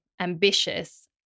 ambitious